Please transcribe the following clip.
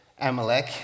Amalek